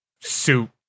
suit